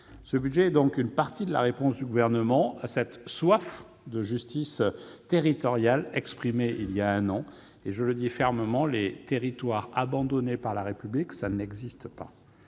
Ce budget est donc une partie de la réponse du Gouvernement à cette soif de justice territoriale exprimée voilà un an. Je le dis fermement : les territoires abandonnés par la République, cela n'existe pas.